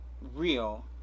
real